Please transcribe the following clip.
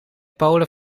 polen